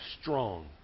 strong